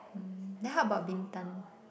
mm then how about Bintan